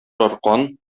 аркан